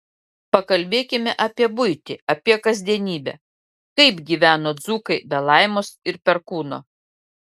pakalbėkime apie buitį apie kasdienybę kaip gyveno dzūkai be laimos ir perkūno